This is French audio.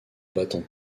battant